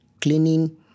cleaning